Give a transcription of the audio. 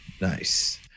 Nice